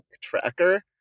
tracker